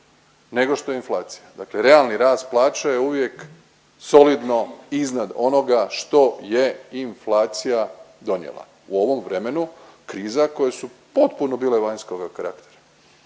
nego što je inflacija, dakle realni plaće je uvijek solidno iznad onoga što je inflacija donijela u ovom vremenu kriza koje su potpuno bile vanjskog karaktera.